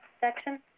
section